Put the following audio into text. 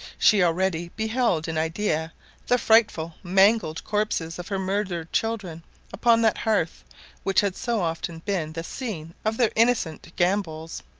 she already beheld in idea the frightful mangled corpses of her murdered children upon that hearth which had so often been the scene of their innocent gambols.